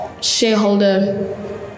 Shareholder